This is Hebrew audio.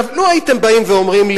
לו אמרתם לי: